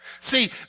See